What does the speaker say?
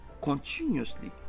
continuously